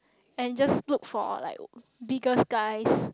and just look for like biggest guys